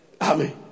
Amen